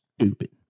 stupid